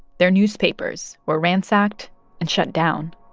their newspapers were ransacked and shut down